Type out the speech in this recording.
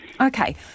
Okay